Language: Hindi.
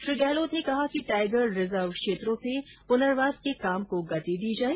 श्री गहलोत ने कहा कि टाइगर रिजर्व क्षेत्रों से पुनर्वास के काम को गति दी जाए